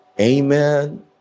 amen